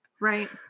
Right